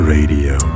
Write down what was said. Radio